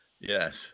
Yes